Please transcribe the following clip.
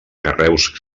carreus